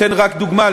אתן רק דוגמה,